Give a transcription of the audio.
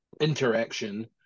interaction